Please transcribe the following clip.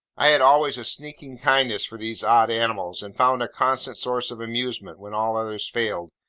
i had always a sneaking kindness for these odd animals, and found a constant source of amusement, when all others failed,